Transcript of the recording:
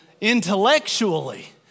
Intellectually